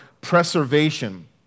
preservation